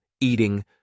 eating